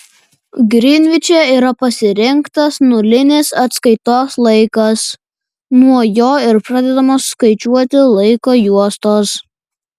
grinviče yra pasirinktas nulinis atskaitos laikas nuo jo ir pradedamos skaičiuoti laiko juostos